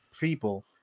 people